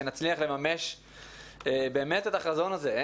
שנצליח לממש באמת את החזון הזה,